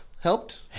helped